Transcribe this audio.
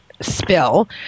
spill